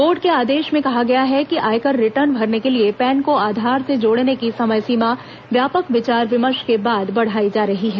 board के आदेश में कहा गया है कि आयकर रिटर्न भरने के लिए पैन को आधार से जोड़ने की समय सीमा व्यापक विचार विमर्श के बाद बढ़ाई जा रही है